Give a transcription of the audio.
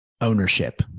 ownership